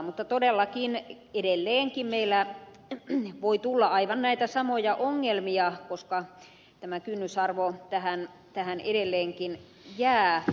mutta todellakin edelleenkin meille voi tulla aivan näitä samoja ongelmia koska tämä kynnysarvo tähän edelleenkin jää